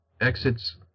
exits